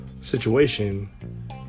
situation